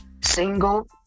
single